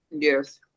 Yes